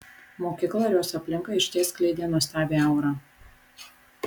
mokykla ir jos aplinka išties skleidė nuostabią aurą